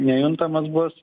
nejuntamas bus